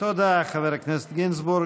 תודה, חבר הכנסת גינזבורג.